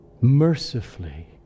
mercifully